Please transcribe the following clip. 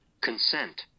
Consent